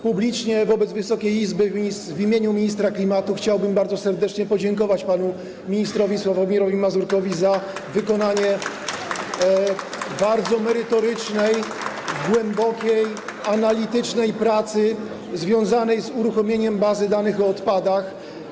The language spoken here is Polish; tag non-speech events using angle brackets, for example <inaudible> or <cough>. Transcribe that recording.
Publicznie, wobec Wysokiej Izby, w imieniu ministra klimatu chciałbym bardzo serdecznie podziękować panu ministrowi Sławomirowi Mazurkowi <applause> za wykonanie bardzo merytorycznej, głębokiej, analitycznej pracy związanej z uruchomieniem bazy danych o odpadach.